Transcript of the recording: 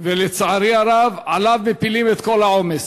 ולצערי הרב, עליו מפילים את כל העומס.